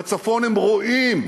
בצפון הם רואים,